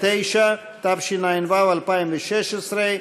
התשע"ז 2017,